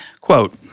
Quote